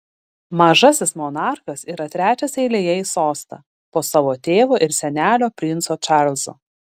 mažasis monarchas yra trečias eilėje į sostą po savo tėvo ir senelio princo čarlzo